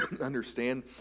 understand